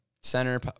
center